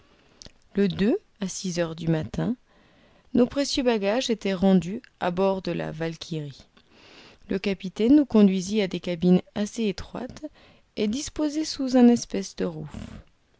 le à six heures du matin nos précieux bagages étaient rendus à bord de la valkyrie le capitaine nous conduisit à des cabines assez étroites et disposées sous une espèce de rouf